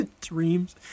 Dreams